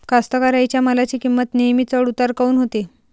कास्तकाराइच्या मालाची किंमत नेहमी चढ उतार काऊन होते?